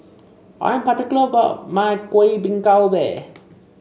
I am particular about my Kuih Bingka Ubi